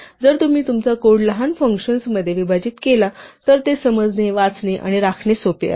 जर तुम्ही तुमचा कोड लहान फंक्शन्समध्ये विभाजित केला तर ते समजणे वाचणे आणि राखणे सोपे आहे